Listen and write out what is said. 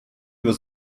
was